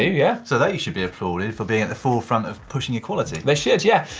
yeah. so they should be applauded for being at the forefront of pushing equality they should, yeah.